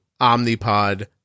Omnipod